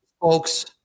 folks